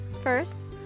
First